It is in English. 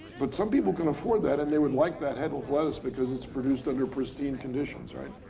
but some people can afford that and they would like that head of lettuce because it's produced under pristine conditions, right?